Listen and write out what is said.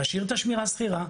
להשאיר את השמירה סדירה.